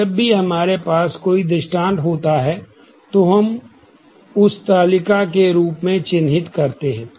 अब जब भी हमारे पास कोई दृष्टान्त होता है तो हम उस तालिका के रूप में चिह्नित करते हैं